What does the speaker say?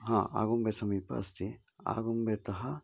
हा आगुम्बे समीपे अस्ति आगुम्बेतः